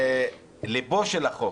לב ליבו של החוק